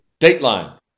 Dateline